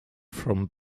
from